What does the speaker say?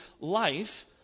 life